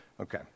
Okay